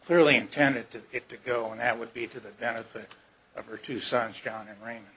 clearly intended it to go and that would be to the benefit of her two sons john and r